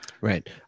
Right